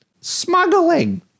smuggling